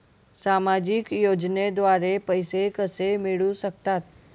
सामाजिक योजनेद्वारे पैसे कसे मिळू शकतात?